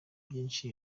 byinshi